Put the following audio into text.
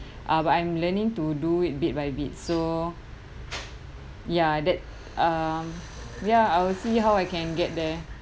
uh but I'm learning to do it bit by bit so ya that um ya I will see how I can get there